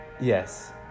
Yes